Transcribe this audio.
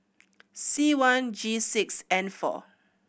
C one G six N four